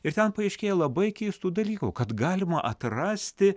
ir ten paaiškėja labai keistų dalykų kad galima atrasti